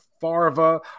Farva